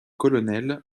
colonel